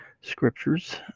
scriptures